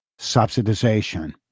subsidization